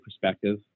perspective